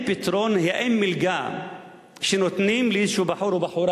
האם מלגה שנותנים לאיזה בחור או בחורה